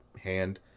hand